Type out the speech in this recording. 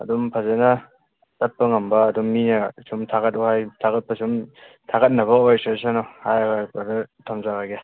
ꯑꯗꯨꯝ ꯐꯖꯅ ꯆꯠꯄ ꯉꯝꯕ ꯑꯗꯨꯝ ꯃꯤꯅ ꯁꯨꯝ ꯊꯥꯒꯠ ꯋꯥꯍꯩ ꯊꯥꯒꯠꯄꯁꯨꯝ ꯊꯥꯒꯠꯅꯕ ꯑꯣꯏꯖꯔꯁꯅꯨ ꯍꯥꯏꯔꯒ ꯕ꯭ꯔꯗꯔ ꯊꯝꯖꯔꯒꯦ